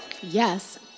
Yes